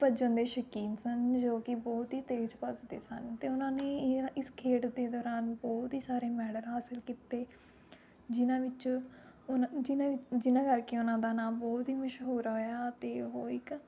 ਭੱਜਣ ਦੇ ਸ਼ੌਕੀਨ ਸਨ ਜੋ ਕਿ ਬਹੁਤ ਹੀ ਤੇਜ਼ ਭੱਜਦੇ ਸਨ ਅਤੇ ਉਹਨਾਂ ਨੇ ਇਹ ਇਸ ਖੇਡ ਦੇ ਦੌਰਾਨ ਬਹੁਤ ਹੀ ਸਾਰੇ ਮੈਡਲ ਹਾਸਲ ਕੀਤੇ ਜਿਹਨਾਂ ਵਿੱਚ ਉਨ੍ਹਾਂ ਜਿਨ੍ਹਾਂ 'ਚ ਜਿਨ੍ਹਾਂ ਕਰਕੇ ਉਹਨਾਂ ਦਾ ਨਾਮ ਬਹੁਤ ਹੀ ਮਸ਼ਹੂਰ ਹੋਇਆ ਅਤੇ ਉਹ ਇੱਕ